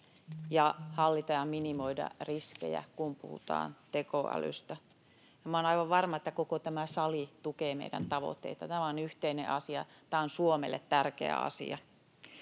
ja hallita ja minimoida riskejä, kun puhutaan tekoälystä, ja minä olen aivan varma, että koko tämä sali tukee meidän tavoitteita. Tämä on yhteinen asia. Tämä on Suomelle tärkeä asia.